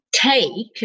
take